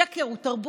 שקר הוא תרבות.